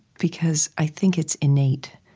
because i think it's innate,